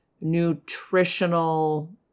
nutritional